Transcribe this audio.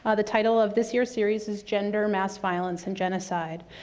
ah the title of this year's series is gender, mass violence, and genocide.